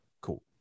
Cool